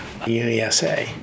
UNESA